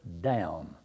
down